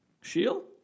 Shield